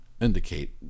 indicate